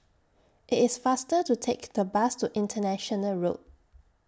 IT IS faster to Take The Bus to International Road